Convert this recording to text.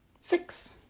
Six